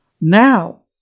now